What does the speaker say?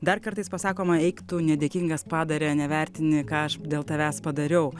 dar kartais pasakoma eik tu nedėkingas padare nevertini ką aš dėl tavęs padariau